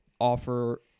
offer